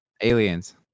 Aliens